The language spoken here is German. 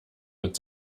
mit